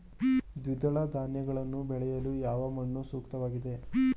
ದ್ವಿದಳ ಧಾನ್ಯಗಳನ್ನು ಬೆಳೆಯಲು ಯಾವ ಮಣ್ಣು ಸೂಕ್ತವಾಗಿದೆ?